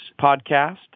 podcast